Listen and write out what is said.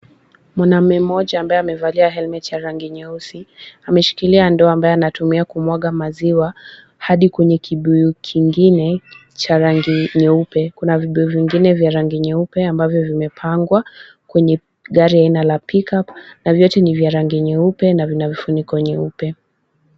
Mwanamume mmoja ambaye amevalia helmet nyeusi ameshikilia ndoo ambayo anatumia kumwaga maziwa hadi kwenye kibuyu kingine cha rangi nyeupe, kuna vibuyu vingine vya rangi nyeupe ambavyo vimepangwa kwenye gari aina ya pick-up na vyote ni vya rangi nyeupe na vina vifuniko nyeupe.